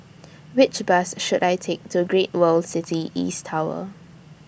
Which Bus should I Take to Great World City East Tower